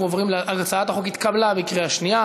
הצעת החוק התקבלה בקריאה שנייה.